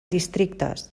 districtes